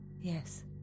Yes